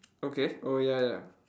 okay oh ya ya